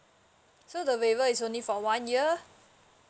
so the waiver is only for one year